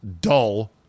dull